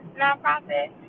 nonprofit